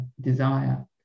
desire